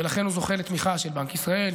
ולכן הוא זוכה לתמיכה של בנק ישראל,